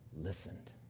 listened